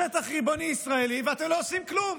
בשטח ריבוני ישראלי, ואתם לא עושים כלום,